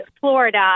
Florida